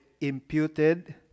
imputed